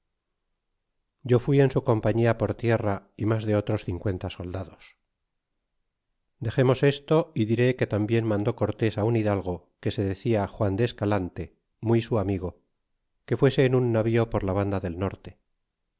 yo fui en su compañia por tierra y mas de otros cincuenta soldados dexemos esto y diré que tambien mandó cortés un hidalgo que se decía juan de escalante muy su amigo que fuese en un navío por la banda del norte